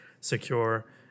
secure